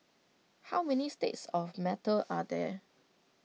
how many states of matter are there